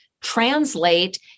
translate